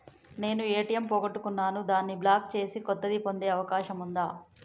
నేను ఏ.టి.ఎం పోగొట్టుకున్నాను దాన్ని బ్లాక్ చేసి కొత్తది పొందే అవకాశం ఉందా?